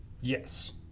Yes